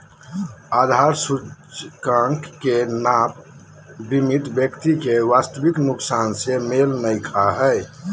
आधार सूचकांक के नाप बीमित व्यक्ति के वास्तविक नुकसान से मेल नय खा हइ